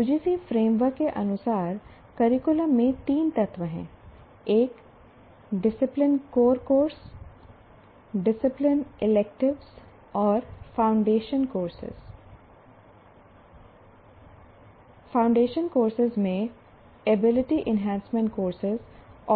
UGC framework के अनुसार curriculum में 3 तत्व हैं एक discipline core course discipline elective और फाउंडेशन कोर्स और फाउंडेशन कोर्स में एबिलिटी एनहैंसमेंट कोर्सेज